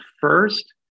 first